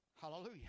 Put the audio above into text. Hallelujah